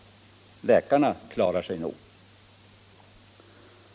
Läkarna klarar sig nog.